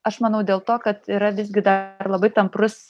aš manau dėl to kad yra vis gi dar labai tamprus